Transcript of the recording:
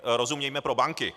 Rozumějme pro banky.